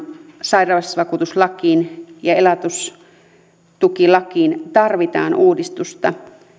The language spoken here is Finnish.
sairausvakuutuslakiin ja elatustukilakiin tarvitaan uudistusta